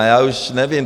Já už nevím.